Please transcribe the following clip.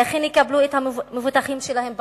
איך יקבלו את המבוטחים שלהן בקופה.